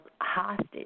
hostage